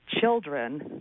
children